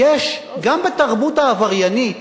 גם בתרבות העבריינית